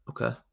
okay